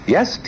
Yes